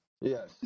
Yes